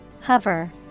Hover